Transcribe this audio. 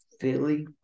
Philly